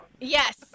Yes